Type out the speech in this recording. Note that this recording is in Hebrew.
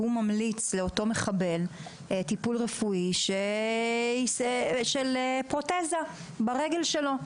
ממליץ לאותו מחבל על טיפול רפואי של פרוטזה ברגל שלו,